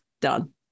Done